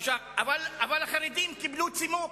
אבל החרדים קיבלו צימוק: